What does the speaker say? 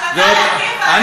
אני הייתי מצפה,